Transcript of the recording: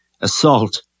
assault